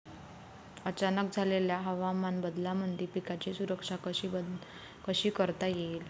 अचानक झालेल्या हवामान बदलामंदी पिकाची सुरक्षा कशी करता येईन?